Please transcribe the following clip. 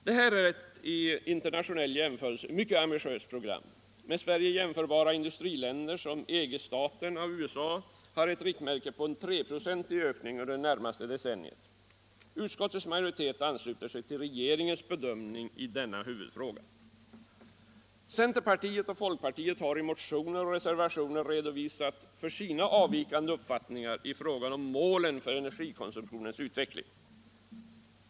Det här är i internationell jämförelse ett mycket ambitiöst program. Med Sverige jämförbara industriländer som EG-staterna och USA har som riktmärke en 3-procentig ökning under det närmaste decenniet. Utskottets majoritet ansluter sig till regeringens bedömning i denna huvudfråga. Centerpartiet och folkpartiet har i motioner och reservationer redovisat sina avvikande uppfattningar i fråga om målen för energikonsumtionens utveckling.